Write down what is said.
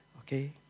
okay